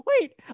Wait